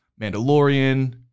Mandalorian